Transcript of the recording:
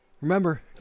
Remember